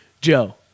Joe